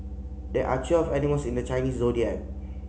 there are twelve animals in the Chinese Zodiac